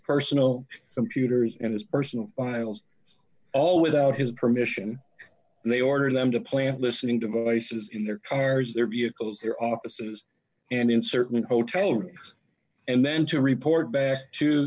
personal computers and his personal files all without his permission and they order them to plant listening devices in their cars their vehicles their offices and in certain hotel rooms and then to report back to